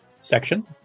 section